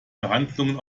verhandlungen